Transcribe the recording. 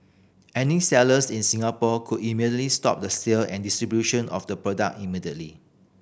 any sellers in Singapore could immediately stop the sale and distribution of the product immediately